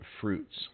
fruits